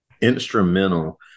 instrumental